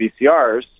VCRs